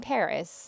Paris